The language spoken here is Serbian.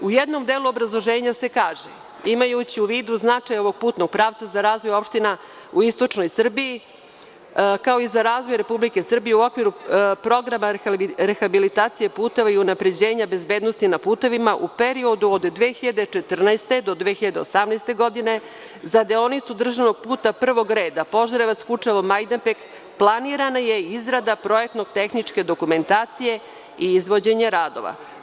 U jednom delu obrazloženja se kaže – imajući u vidu značaj ovog putnog pravca za razvoj opština u istočnoj Srbiji, kao i razvoj RS u okviru programa rehabilitacije puteva i unapređenja bezbednosti na putevima u periodu od 2014. do 2018. godine, za deonicu državnog puta prvog reda Požarevac-Kučevo-Majdanpek, planirana je i izrada projektno-tehničke dokumentacije i izvođenje radova.